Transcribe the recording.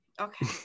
Okay